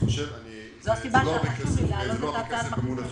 זו הסיבה שחשוב לי להעלות את הצעת החוק.